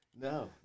No